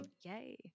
Yay